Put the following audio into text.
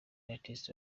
artist